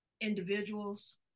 individuals